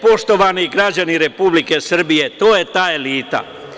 Poštovani građani Republike Srbije, to je ta elita.